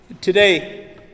Today